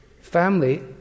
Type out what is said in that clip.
family